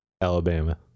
Alabama